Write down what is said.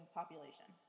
population